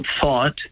thought